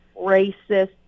racist